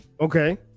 okay